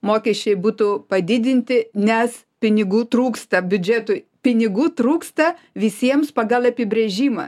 mokesčiai būtų padidinti nes pinigų trūksta biudžetui pinigų trūksta visiems pagal apibrėžimą